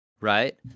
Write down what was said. right